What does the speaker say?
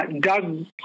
Doug